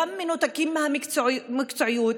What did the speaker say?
גם מנותקים מהמקצועיות,